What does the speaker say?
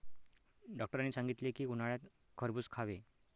डॉक्टरांनी सांगितले की, उन्हाळ्यात खरबूज खावे